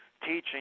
teaching